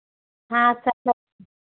हाँ सब